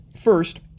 first